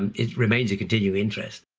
and it remains a continued interest.